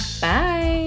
bye